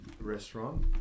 restaurant